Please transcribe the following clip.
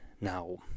Now